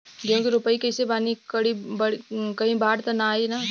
गेहूं के रोपनी कईले बानी कहीं बाढ़ त ना आई ना?